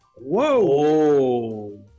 whoa